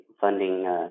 funding